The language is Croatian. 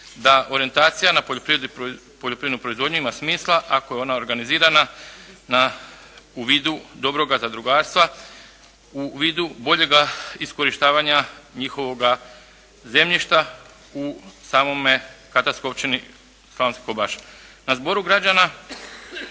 da orijentacija na poljoprivrednu proizvodnju ima smisla ako je ona organizirana na u vidu dobroga zadrugarstva, u vidu boljega iskorištavanja njihovoga zemljišta u samome katastarskoj općini Slavonski Kobaš. Na Zboru građana